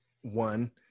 One